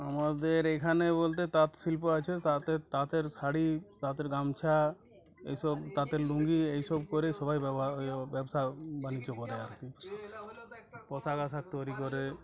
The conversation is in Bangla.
আমাদের এখানে বলতে তাঁত শিল্প আছে তাঁতের তাঁতের শাড়ি তাঁতের গামছা এই সব তাঁতের লুঙ্গি এই সব করে সবাই ব্যবহার ব্যবসা বাণিজ্য করে আর কী পোশাক আশাক তৈরি করে